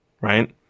Right